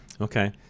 Okay